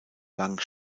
lang